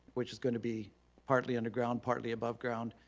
which is gonna be partly underground, partly above ground,